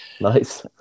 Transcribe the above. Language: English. nice